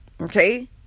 okay